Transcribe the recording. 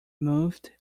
moved